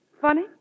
Funny